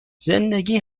زندگی